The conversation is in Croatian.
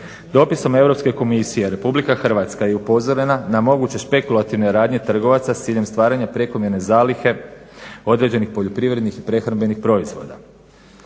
Dopisom Europske komisije RH je upozorena na moguće špekulativne radnje trgovaca s ciljem stvaranja prekomjerne zalihe određenih poljoprivrednih i prehrambenih proizvoda.